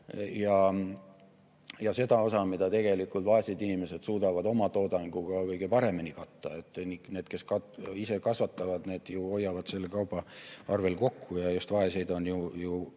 ja seda osa, mida tegelikult vaesed inimesed suudavad omatoodanguga kõige paremini katta. Need, kes ise kasvatavad, hoiavad selle kauba arvelt kokku. Ja vaeseid on ju